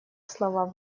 слова